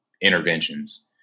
interventions